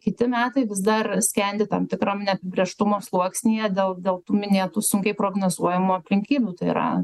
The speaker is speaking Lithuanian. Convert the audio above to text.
kiti metai vis dar skendi tam tikram neapibrėžtumo sluoksnyje dėl dėl tų minėtų sunkiai prognozuojamų aplinkybių tai yra